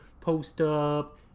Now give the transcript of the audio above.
post-up